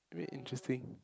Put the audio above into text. very interesting